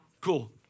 Cool